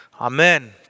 Amen